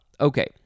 Okay